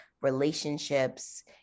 relationships